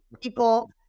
people